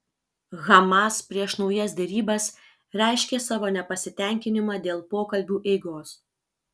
hamas prieš naujas derybas reiškė savo nepasitenkinimą dėl pokalbių eigos